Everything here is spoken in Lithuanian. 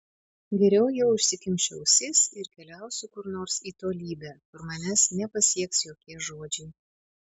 geriau jau užsikimšiu ausis ir keliausiu kur nors į tolybę kur manęs nepasieks jokie žodžiai